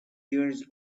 years